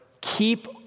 keep